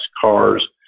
cars